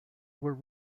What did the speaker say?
were